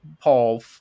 Paul